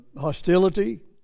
hostility